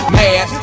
mad